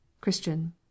Christian